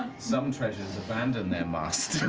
some treasures abandon their masters.